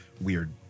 weird